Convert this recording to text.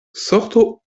sorto